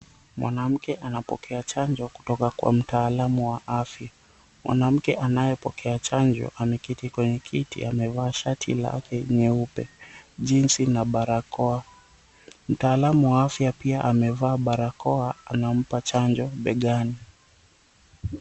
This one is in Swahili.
Mwanamke anapokea chanjo kutoka kwa mtaalamu wa afya. Mwanamke anayepokea chanjo ameketi kwenye kiti amevaa shati lake nyeupe, jeans na barakoa. Mtaalamu wa afya pia amevaa barakoa. Anampa chanjo begani.